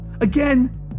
Again